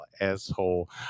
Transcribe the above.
asshole